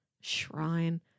Shrine